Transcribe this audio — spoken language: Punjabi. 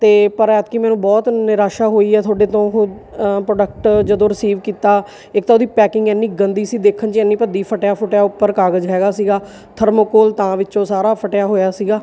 ਅਤੇ ਪਰ ਐਤਕੀ ਮੈਨੂੰ ਬਹੁਤ ਨਿਰਾਸ਼ਾ ਹੋਈ ਆ ਤੁਹਾਡੇ ਤੋਂ ਉਹ ਪ੍ਰੋਡਕਟ ਜਦੋਂ ਰਿਸੀਵ ਕੀਤਾ ਇੱਕ ਤਾਂ ਉਹਦੀ ਪੈਕਿੰਗ ਇੰਨੀ ਗੰਦੀ ਸੀ ਦੇਖਣ 'ਚ ਇੰਨੀ ਭੱਦੀ ਫਟਿਆ ਫਟਿਆ ਉੱਪਰ ਕਾਗਜ਼ ਹੈਗਾ ਸੀਗਾ ਥਰਮੋਕੋਲ ਤਾਂ ਵਿੱਚੋਂ ਸਾਰਾ ਫਟਿਆ ਹੋਇਆ ਸੀਗਾ